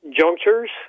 junctures